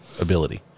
ability